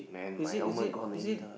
is it is it is it